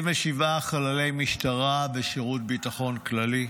77 חללי משטרה ושירות ביטחון כללי,